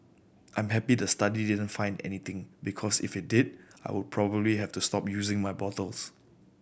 I'm happy the study didn't find anything because if it did I would probably have to stop using my bottles